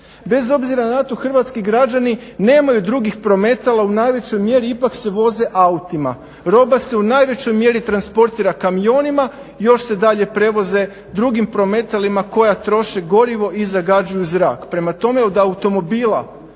Bez obzira na to hrvatski građani nemaju drugih prometala, u najvećoj mjeri ipak se voze autima, roba se u najvećoj mjeri transportira kamionima, još se dalje prevoze drugim prometalima koja troše gorivo i zagađuju zrak, prema tome od automobila